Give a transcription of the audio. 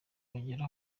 bagera